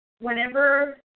whenever